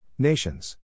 Nations